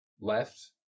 left